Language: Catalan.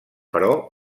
però